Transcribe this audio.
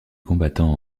combattants